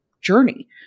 journey